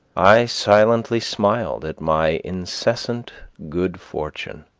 i silently smiled at my incessant good fortune.